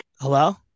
hello